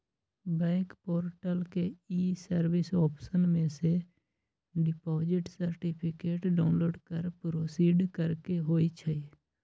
bank portal के e service option में से डिपॉजिट सर्टिफिकेट डाउनलोड कर प्रोसीड करेके होइ छइ